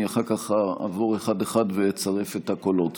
אני אחר כך אעבור אחד-אחד ואצרף את הקולות.